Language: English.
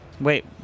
wait